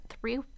three